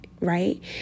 right